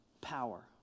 power